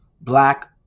black